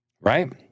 Right